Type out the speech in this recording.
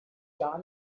gar